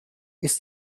ist